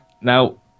Now